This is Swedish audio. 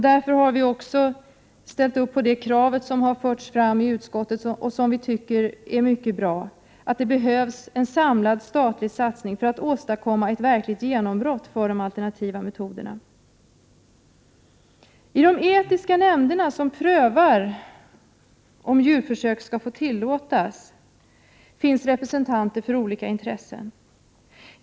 Därför har vi också ställt upp på det krav som har förts fram i utskottet, som vi tycker är mycket bra, nämligen att det behövs en samlad statlig satsning för att åstadkomma ett verkligt genombrott för de alternativa metoderna. I de etiska nämnderna som prövar om djurförsök skall tillåtas finns representanter för olika intressen.